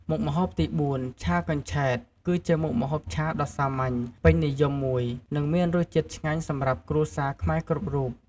មុខម្ហូបទីបួន ឆាកញ្ឆែត គឺជាមុខម្ហូបឆាដ៏សាមញ្ញ ពេញនិយមមួយ និងមានរសជាតិឆ្ងាញ់សម្រាប់គ្រួសារខ្មែរគ្រប់រូប។